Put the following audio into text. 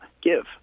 give